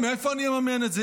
מאיפה אני אממן את זה,